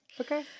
Okay